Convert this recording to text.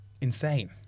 insane